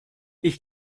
ich